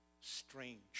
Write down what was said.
strange